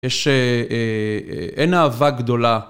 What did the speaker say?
יש, אה אין אהבה גדולה.